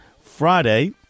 Friday